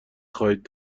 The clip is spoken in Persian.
خواهید